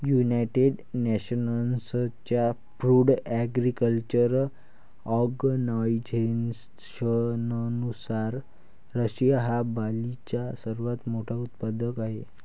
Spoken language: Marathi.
युनायटेड नेशन्सच्या फूड ॲग्रीकल्चर ऑर्गनायझेशननुसार, रशिया हा बार्लीचा सर्वात मोठा उत्पादक आहे